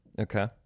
Okay